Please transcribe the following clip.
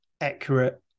accurate